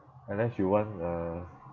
unless you want uh